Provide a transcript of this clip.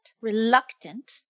reluctant